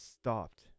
stopped